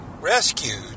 rescued